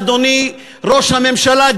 אדוני ראש הממשלה,